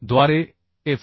द्वारे एफ